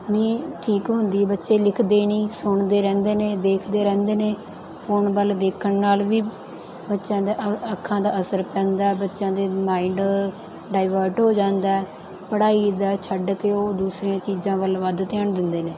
ਨਹੀਂ ਠੀਕ ਹੁੰਦੀ ਬੱਚੇ ਲਿਖਦੇ ਨਹੀਂ ਸੁਣਦੇ ਰਹਿੰਦੇ ਨੇ ਦੇਖਦੇ ਰਹਿੰਦੇ ਨੇ ਫੋਨ ਵੱਲ ਦੇਖਣ ਨਾਲ ਵੀ ਬੱਚਿਆਂ ਦਾ ਅੱਖਾਂ ਦਾ ਅਸਰ ਪੈਂਦਾ ਬੱਚਿਆਂ ਦੇ ਮਾਈਂਡ ਡਾਈਵਰਟ ਹੋ ਜਾਂਦਾ ਹੈ ਪੜ੍ਹਾਈ ਦਾ ਛੱਡ ਕੇ ਉਹ ਦੂਸਰੀਆਂ ਚੀਜ਼ਾਂ ਵੱਲ ਵੱਧ ਧਿਆਨ ਦਿੰਦੇ ਨੇ